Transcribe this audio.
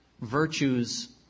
virtues